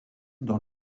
dans